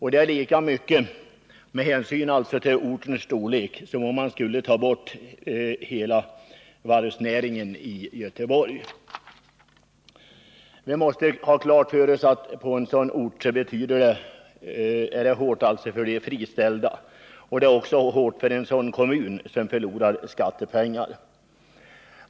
I förhållande till ortens storlek är detta lika mycket som om man skulle ta bort all varvsindustri i Göteborg. Vi måste ha klart för oss att på en ort som Torsby drabbas de friställda hårt. En nedläggning vore också ett hårt slag för kommunen, som förlorar skattepengar.